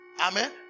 Amen